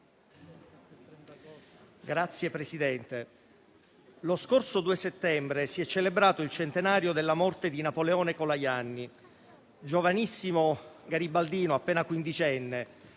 Signor Presidente, lo scorso 2 settembre si è celebrato il centenario della morte di Napoleone Colajanni, giovanissimo garibaldino appena quindicenne,